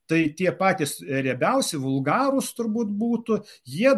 tai tie patys riebiausi vulgarūs turbūt būtų jie